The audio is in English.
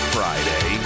Friday